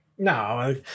No